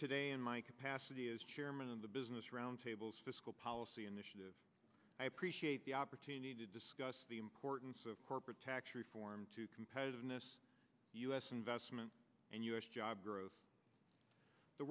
today in my capacity as chairman of the business roundtable fiscal policy initiative i appreciate the opportunity to discuss the importance of corporate tax reform to competitiveness u s investment and u s job growth the